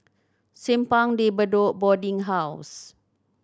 Simpang De Bedok Boarding House